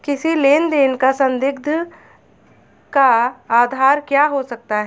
किसी लेन देन का संदिग्ध का आधार क्या हो सकता है?